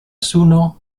suno